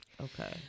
Okay